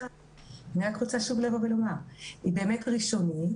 אני רק רוצה לבוא שוב ולומר שהיא באמת ראשונית,